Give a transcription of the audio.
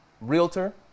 realtor